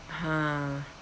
ha